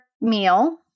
meal